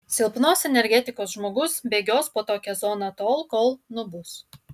silpnos energetikos žmogus bėgios po tokią zoną tol kol nubus